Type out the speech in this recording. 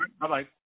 Bye-bye